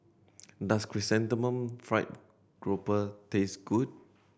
does Chrysanthemum Fried Grouper taste good